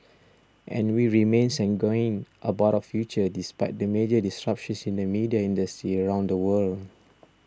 and we remain sanguine about our future despite the major disruptions in the media industry around the world